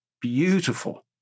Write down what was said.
beautiful